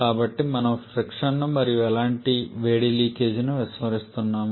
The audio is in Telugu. కానీ మనము ఫ్రిక్షన్ ను మరియు ఎలాంటి వేడి లీకేజీని విస్మరిస్తున్నాము